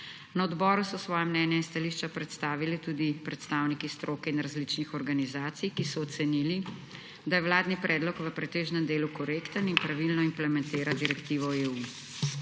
Na odboru so svoja mnenja in stališča predstavili tudi predstavniki stroke in različnih organizacij, ki so ocenili, da je vladni predlog v pretežnem delu korekten in pravilno implementira direktivo EU.